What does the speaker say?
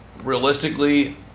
realistically